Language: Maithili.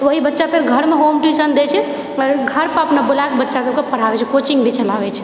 ओएह बच्चा फेर घरमे होम ट्यूशन दए छै घरपर बुलाके बच्चासबके पढ़ाबए छै कोचिङ्ग भी चलाबए छै